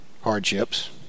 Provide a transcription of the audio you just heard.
hardships